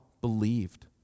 believed